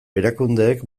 erakundeek